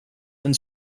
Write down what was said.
and